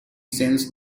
sense